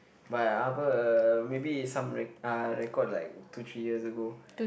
but apa uh maybe is some uh record like two three years ago